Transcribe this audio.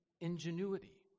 Ingenuity